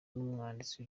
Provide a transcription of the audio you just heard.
n’umwanditsi